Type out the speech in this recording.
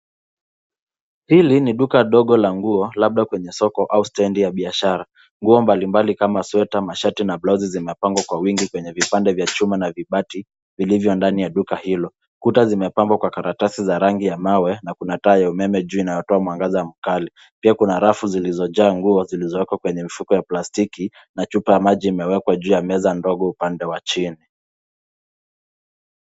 Hili ni duka dogo la nguo, labda kwenye soko au stendi ya biashara. Nguo mbali mbali kama sweta, mashati na blausi na zimepangwa kwa wingi kwenye vipande vya chuma na vibati vilivyo ndani ya duka hilo. Kuta zimepambwa kwa karatasi za rangi ya mawe, na kuna taa ya umeme juu inayotoa mwangaza mkali. Pia kuna rafu zilizojaa nguo zilizowekwa kwenye mifuko ya plastiki, na chupa ya maji imewekwa juu ya meza ndogo upande wa chini.